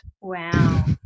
Wow